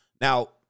Now